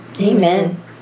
Amen